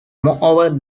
moreover